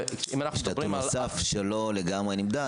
יש נתון נוסף שלא לגמרי נמדד,